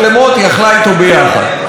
אז למה להגיד: לא שתיתי קפה?